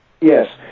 Yes